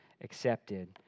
accepted